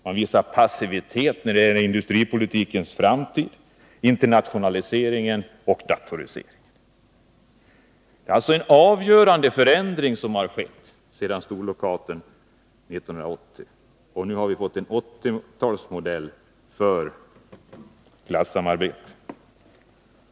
Det visas passivitet när det gäller industripolitikens framtid, internationalisering och datorisering. Det har alltså skett en avgörande förändring sedan storlockouten 1980, och Nr 43 nu har vi fått en 80-talsmodell för klassamarbetet.